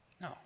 No